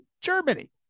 germany